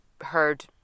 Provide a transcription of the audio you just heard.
heard